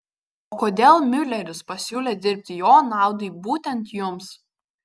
o kodėl miuleris pasiūlė dirbti jo naudai būtent jums